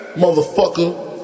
motherfucker